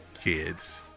kids